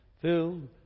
filled